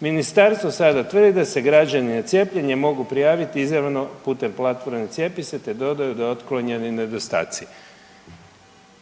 Ministarstvo sada tvrdi da se građani na cijepljenje mogu prijaviti izravno putem platforme Cijepise te dodao da je otklonjeni nedostaci.